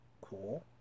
cool